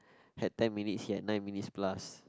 had ten minutes he had nine minutes plus